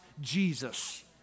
Jesus